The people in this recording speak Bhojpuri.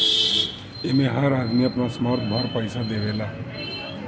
एमे हर आदमी अपना सामर्थ भर पईसा देवेला